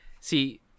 see